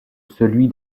celui